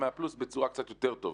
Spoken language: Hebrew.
בצורה קצת יותר טובה.